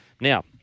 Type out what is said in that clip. Now